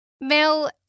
Mel